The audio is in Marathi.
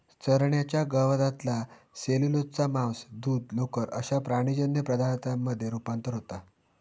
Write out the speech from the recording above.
चरण्याच्या गवतातला सेल्युलोजचा मांस, दूध, लोकर अश्या प्राणीजन्य पदार्थांमध्ये रुपांतर होता